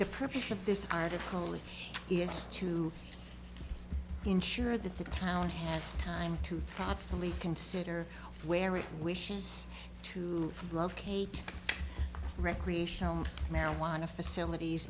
the purpose of this article is yes to ensure that the town has time to really consider where it wishes to locate recreational marijuana facilities